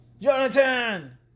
Jonathan